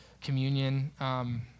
communion